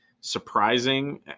surprising